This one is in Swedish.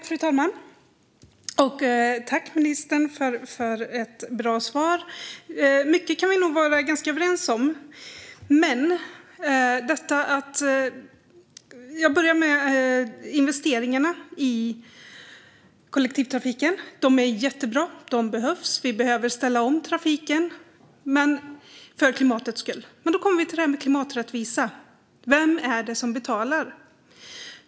Fru talman! Tack, ministern, för ett bra svar! Mycket kan vi nog vara ganska överens om. Men låt mig börja med detta med investeringarna i kollektivtrafiken. De är jättebra. De behövs. Vi behöver ställa om trafiken för klimatets skull. Men då kommer vi till detta med klimaträttvisa: Vem är det som betalar?